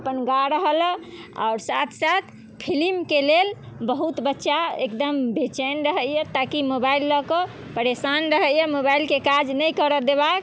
अपन गा रहल यऽ आओर साथ साथ फिलिमके लेल बहुत बच्चा एकदम बेचैन रहैया ताकि मोबाइल लऽ कऽ परेशान रहैया मोबाइलके काज नहि करे देलक